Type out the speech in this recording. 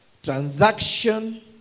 Transaction